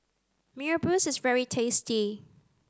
Mee Rebus is very tasty